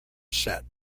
set